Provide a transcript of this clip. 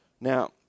Now